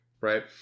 right